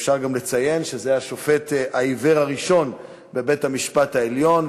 אפשר גם לציין שזה השופט העיוור הראשון בבית-המשפט העליון,